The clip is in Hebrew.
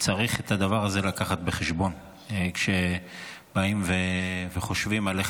את הדבר הזה צריך לקחת בחשבון כשבאים וחושבים על איך